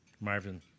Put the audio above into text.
Marvin